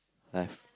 life